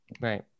Right